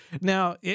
Now